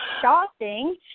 shopping